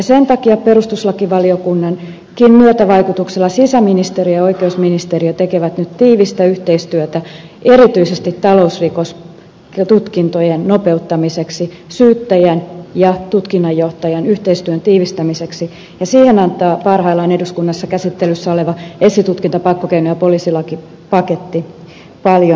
sen takia perustuslakivaliokunnankin myötävaikutuksella sisäministeriö ja oikeusministeriö tekevät nyt tiivistä yhteistyötä erityisesti talousrikostutkintojen nopeuttamiseksi syyttäjän ja tutkinnanjohtajan yhteistyön tiivistämiseksi ja siihen antaa parhaillaan eduskunnassa käsittelyssä oleva esitutkinta pakkokeino ja poliisilakipaketti paljon mahdollisuuksia